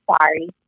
sorry